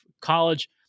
college